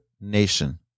nation